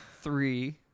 three